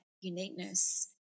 uniqueness